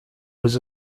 was